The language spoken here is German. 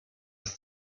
das